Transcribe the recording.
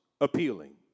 appealing